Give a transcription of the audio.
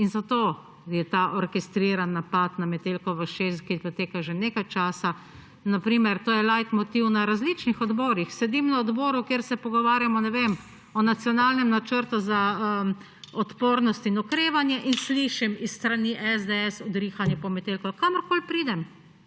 in zato je ta orkestriran napad na Metelkovo 6, ki poteka že nekaj časa. Na primer, to je leitmotiv na različnih odborih. Sedim na odboru, kjer se pogovarjamo, ne vem, o Nacionalnem načrtu za odpornost in okrevanje in slišim s strani SDS udrihanje po Metelkovi. Kamorkoli pridem,